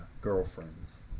girlfriends